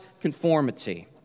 conformity